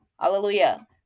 Hallelujah